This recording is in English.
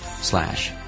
slash